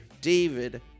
david